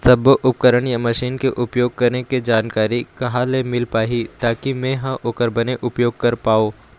सब्बो उपकरण या मशीन के उपयोग करें के जानकारी कहा ले मील पाही ताकि मे हा ओकर बने उपयोग कर पाओ?